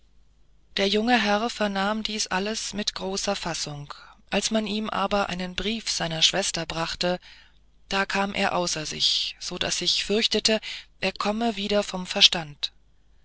der junge herr vernahm dies alles mit großer fassung als man ihm aber einen brief seiner schwester brachte da kam er außer sich so daß wir fürchteten er komme wieder vom verstand